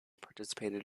participated